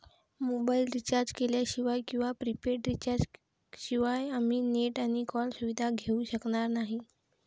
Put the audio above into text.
mobile recharge केल्याशिवाय किंवा prepaid recharge शिवाय आम्ही नेट आणि कॉल सुविधा घेऊ शकणार नाही